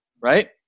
Right